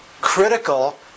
critical